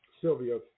Sylvia